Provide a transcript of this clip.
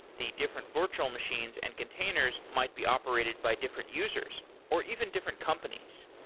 the different virtual machines and containers might be operated by different users, or even different companies.